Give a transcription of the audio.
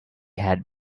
had